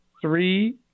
three